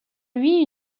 lui